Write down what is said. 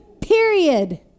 Period